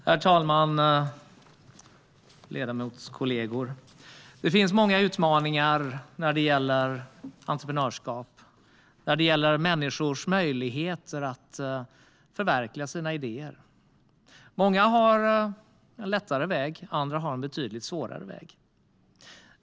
Herr talman och ledamotskollegor! Det finns många utmaningar när det gäller entreprenörskap och människors möjlighet att förverkliga sina idéer. Många har en lättare väg, andra en betydligt svårare.